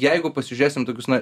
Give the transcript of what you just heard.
jeigu pasižiūrėsim tokius na